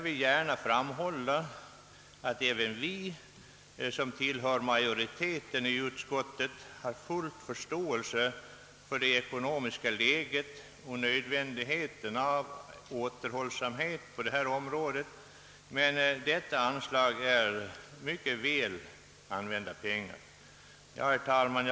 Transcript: Vi inom utskottsmajoriteten har givetvis full insikt om det ekonomiska läget och om nödvändigheten av återhållsamhet, men de medel som avsättes för detta ändamål är väl använda pengar. Herr talman!